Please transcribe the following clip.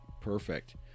perfect